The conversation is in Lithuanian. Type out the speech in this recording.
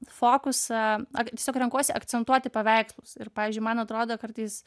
fokusą tiesiog renkuosi akcentuoti paveikslus ir pavyzdžiui man atrodo kartais